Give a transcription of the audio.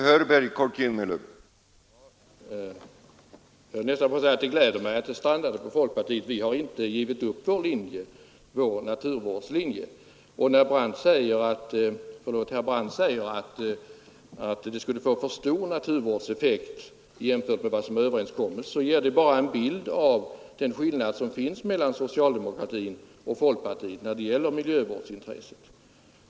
Herr talman! Jag höll nästan på att säga att det gläder mig att det strandade på folkpartiet. Vi har inte givit upp vår naturvårdslinje. Herr Brandt säger att förslaget skulle få för stor naturvårdseffekt i jämförelse med vad som är överenskommet, men det ger bara en bild av den skillnad som finns mellan socialdemokratin och folkpartiet när det gäller miljövårdsintresset.